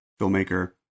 filmmaker